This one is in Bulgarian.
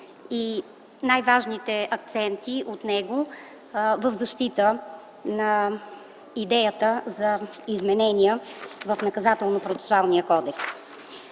и най-важните акценти от него в защита на идеята за изменения в